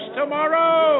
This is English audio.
tomorrow